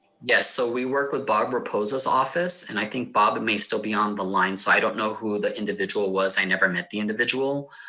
yes, so we work with bob rapoza's office, and i think bob may still be on the line. so i don't know who the individual was, i never met the individual.